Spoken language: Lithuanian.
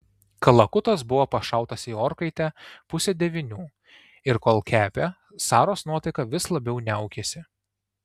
kalakutas buvo pašautas į orkaitę pusę devynių ir kol kepė saros nuotaika vis labiau niaukėsi